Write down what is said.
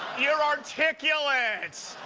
you're articulate,